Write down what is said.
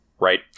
right